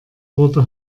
wurde